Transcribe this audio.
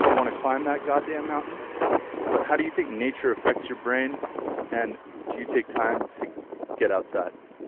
want to climb that god damn mountain but how do you think nature effects your brain and do you take time to get outside?